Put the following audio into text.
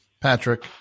Patrick